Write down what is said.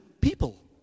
people